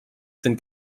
sind